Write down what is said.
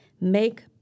Make